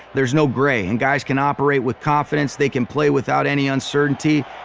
there is no gray, and guys can operate with confidence, they can play without any uncertainty,